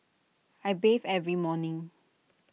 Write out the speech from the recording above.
I bathe every morning